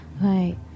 right